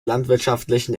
landwirtschaftlichen